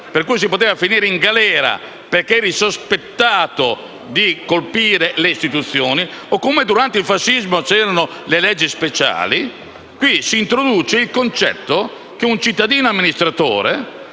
si poteva finire in galera, perché sospettati di voler colpire le istituzioni; o come, durante il fascismo, c'erano le leggi speciali, qui si introduce il concetto che un cittadino amministratore